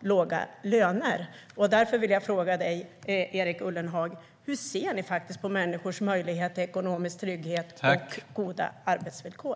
låga löner. Därför vill jag fråga dig, Erik Ullenhag: Hur ser ni på människors möjlighet till ekonomisk trygghet och goda arbetsvillkor?